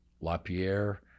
LaPierre